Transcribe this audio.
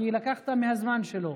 כי לקחת מהזמן שלו.